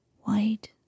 white